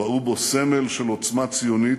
ראו בו סמל של עוצמה ציונית,